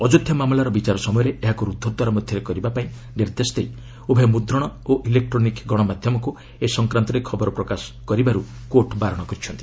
ଅଯୋଧ୍ୟା ମାମଲାର ବିଚାର ସମୟରେ ଏହାକୁ ରୁଦ୍ଧଦ୍ୱାର ମଧ୍ୟରେ କରିବା ପାଇଁ ନିର୍ଦ୍ଦେଶ ଦେଇ ଉଭୟ ମୁଦ୍ରଣ ଓ ଇଲେକ୍ରୋନିକ ଗଣମାଧ୍ୟମକୁ ଏ ସଂକ୍ରାନ୍ତରେ ଖବର ପ୍ରକାଶ କରିବାରୁ କୋର୍ଟ ବାରଣ କରିଛନ୍ତି